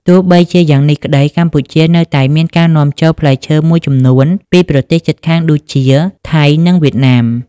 ទោះបីជាយ៉ាងនេះក្តី កម្ពុជានៅតែមានការនាំចូលផ្លែឈើមួយចំនួនពីប្រទេសជិតខាងដូចជា ថៃ និងវៀតណាម។